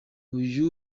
uyu